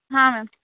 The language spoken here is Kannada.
ಹಾಂ ಮ್ಯಾಮ್